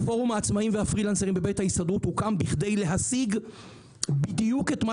פורום העצמאים והפרילנסרים בבית הסתדרות הוקם בכדי להשיג בדיוק את מה